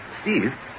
Steve